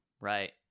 right